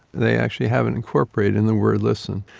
they actually have it incorporated in the word listen.